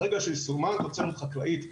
ברגע שתסומן תוצרת חקלאית,